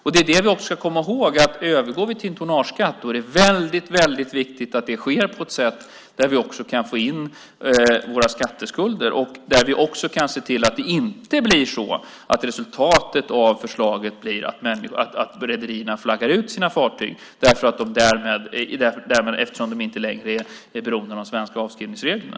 Vi ska också komma ihåg att om vi övergår till en tonnageskatt är det väldigt viktigt att det sker på ett sådant sätt att vi kan få in våra skatteskulder och att vi också kan se till att resultatet av förslaget inte blir att rederierna flaggar ut sina fartyg eftersom de inte längre är beroende av de svenska avskrivningsreglerna.